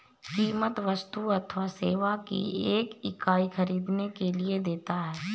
कीमत वस्तु अथवा सेवा की एक इकाई ख़रीदने के लिए देता है